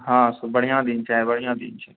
हँ शुभ बढ़िआँ दिन छै आइ बढ़िआँ दिन छै